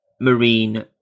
marine